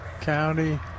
county